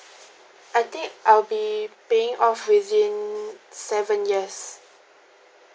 I think I'll be paying off within seven years